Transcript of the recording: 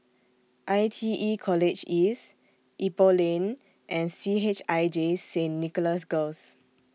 I T E College East Ipoh Lane and C H I J Saint Nicholas Girls